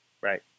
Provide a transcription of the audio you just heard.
right